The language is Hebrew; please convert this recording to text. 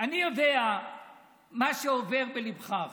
אני יודע מה עובר בליבך עכשיו,